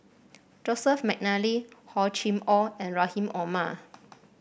Joseph McNally Hor Chim Or and Rahim Omar